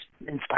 inspired